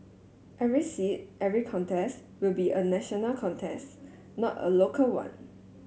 every seat every contest will be a national contest not a local one